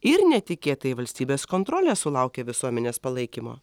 ir netikėtai valstybės kontrolė sulaukia visuomenės palaikymo